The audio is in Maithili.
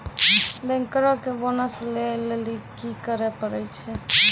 बैंकरो के बोनस लै लेली कि करै पड़ै छै?